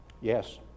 Yes